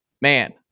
Man